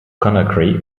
conakry